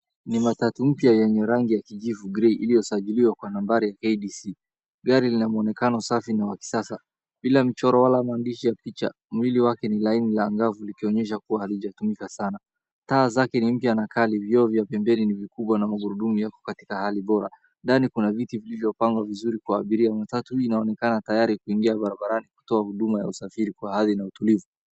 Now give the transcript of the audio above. Ni matatu mpya yenye rangi ya kijivu grey iliyosajiliwa kwa nambari ya KDC. Gari lina muonekano safi na wa kisasa bila michoro wala maandishi ya picha. Mwili wake ni laini na angavu, likionyesha kuwa halijatumika sana. Taa zake ni mpya na kali. Vioo vya pembeni ni vikubwa na magurudumu yako katika hali bora. Ndani kuna viti vilivyopangwa vizuri kwa abiria watatu. Hii inaonekana tayari kuingia barabarani kutoa huduma ya usafiri kwa hadhi na utulivu.